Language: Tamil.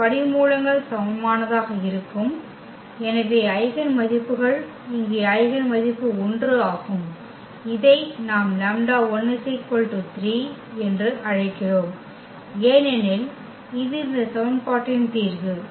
அதன் படிமூலங்கள் சமமானதாக இருக்கும் எனவே ஐகென் மதிப்புகள் இங்கே ஐகென் மதிப்பு 1 ஆகும் இதை நாம் λ1 3 என்று அழைக்கிறோம் ஏனெனில் இது இந்த சமன்பாட்டின் தீர்வு